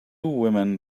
women